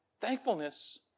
Thankfulness